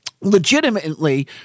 legitimately